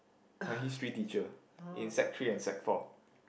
my History teacher in sec three and sec four